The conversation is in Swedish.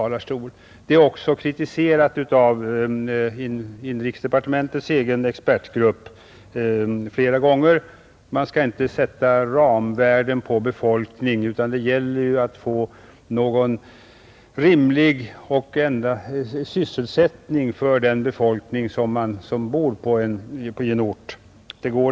Länsplanering 1967 är också flera gånger kritiserad av inrikesdepartementets egen expertgrupp. Man skall inte sätta ramvärden på befolkningen, utan det gäller att kombinera det med en rimlig sysselsättning i orten.